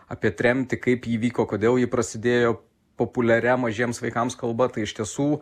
apie tremtį kaip ji vyko kodėl ji prasidėjo populiaria mažiems vaikams kalba tai iš tiesų